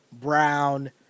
Brown